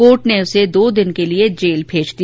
court ने उसे दो दिन के लिए जेल भेज दिया